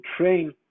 train